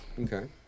Okay